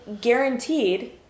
guaranteed